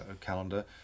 calendar